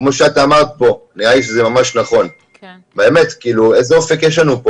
כמו שאמרת פה, באמת, איזה עסק יש לנו פה.